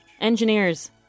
engineers